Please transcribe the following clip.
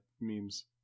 memes